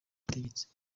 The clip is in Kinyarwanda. ubutegetsi